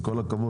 עם כל הכבוד,